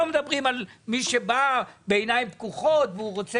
לא מדברים על מי שבא בעיניים פקוחות והוא רוצה